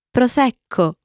Prosecco